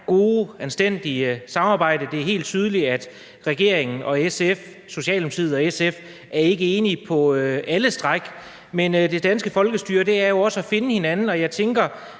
gode, anstændige, synes jeg, samarbejde. Det er helt tydeligt, at Socialdemokratiet og SF ikke er enige på alle stræk, men det danske folkestyre er jo også at finde hinanden, og jeg tænker,